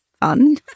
fun